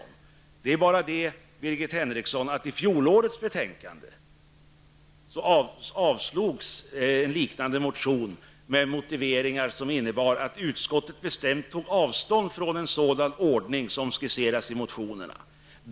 Men, Birgit Henriksson, en liknande motion avstyrktes i fjolårets betänkande i detta sammanhang med motiveringar som visar att utskottet bestämt tog avstånd från en sådan ordning som skisseras i motionerna.